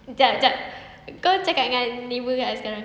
jap jap kau cakap dengan neighbour tak sekarang